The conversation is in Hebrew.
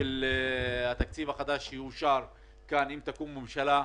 החדש שיאושר כאן אם תקום ממשלה.